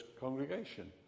congregation